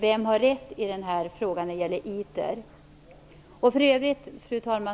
Vem har rätt i den här frågan om ITER. Fru talman!